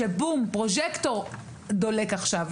שפרוז'קטור דולק עכשיו,